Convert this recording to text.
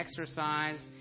exercise